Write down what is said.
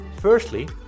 Firstly